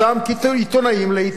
עיתונאים לעתים,